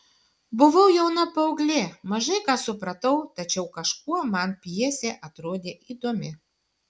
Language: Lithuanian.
buvau jauna paauglė mažai ką supratau tačiau kažkuo man pjesė atrodė įdomi